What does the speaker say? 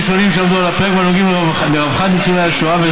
שונים שעמדו על הפרק ונוגעים לרווחת ניצולי השואה,